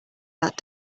that